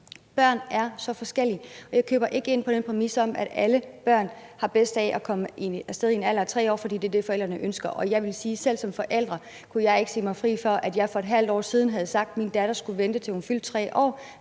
Børn er så forskellige, og jeg køber ikke ind på den præmis om, at alle børn har bedst af at komme af sted i en alder af 3 år, fordi det er det, forældrene ønsker. Og jeg vil sige, at jeg selv som forælder ikke kan sige mig fri for, at jeg for et halvt år siden havde sagt, at min datter skulle vente, til hun fyldte 3 år,